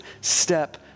step